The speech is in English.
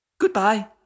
Goodbye